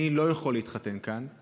אני לא יכול להתחתן כאן.